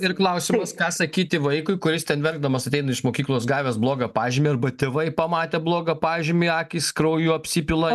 ir klausimas ką sakyti vaikui kuris ten verkdamas ateina iš mokyklos gavęs blogą pažymį arba tėvai pamatę blogą pažymį akys krauju apsipila